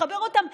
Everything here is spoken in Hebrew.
לחבר אותם